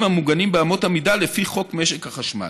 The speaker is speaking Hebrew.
המוגנים באמות המידה לפי חוק משק החשמל.